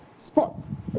sports